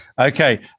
okay